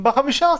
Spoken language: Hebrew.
ב-15 בחודש.